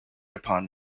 upon